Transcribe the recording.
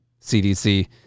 CDC